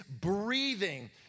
breathing